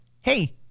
hey